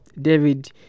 David